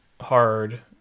hard